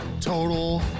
Total